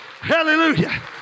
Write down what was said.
Hallelujah